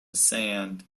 sand